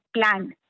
plan